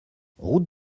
route